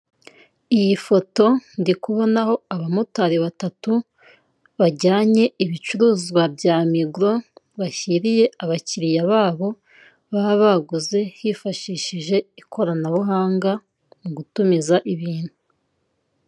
Iyi foto ndi kubonaho abamotari batatu, bajyanye ibicuruzwa bya migo, bashyiriye abakiliya babo baba baguze, baba baguze hifashishije ikoranabuhanga mu gutumiza ibintu.